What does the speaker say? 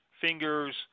fingers